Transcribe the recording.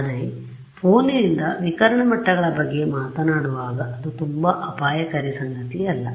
ಆದರೆ ಫೋನ್ನಿಂದ ವಿಕಿರಣ ಮಟ್ಟಗಳ ಬಗ್ಗೆ ಮಾತನಾಡುವಾಗ ಅದು ತುಂಬಾ ಅಪಾಯಕಾರಿ ಸಂಗತಿಯಲ್ಲ